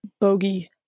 Bogey